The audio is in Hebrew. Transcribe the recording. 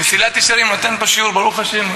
"מסילת ישרים" הוא נותן פה שיעור, ברוך השם.